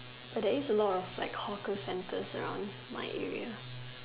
but there's a lot of like hawker centers around my area